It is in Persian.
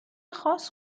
خاص